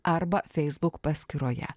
arba facebook paskyroje